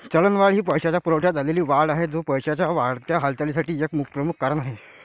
चलनवाढ ही पैशाच्या पुरवठ्यात झालेली वाढ आहे, जो पैशाच्या वाढत्या हालचालीसाठी एक प्रमुख कारण आहे